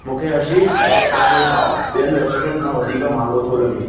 मूंखे Hershey's dark चॉकलेटु bar बि॒यनि वेबसाइटनि खां वधीक महांगो थो लॻे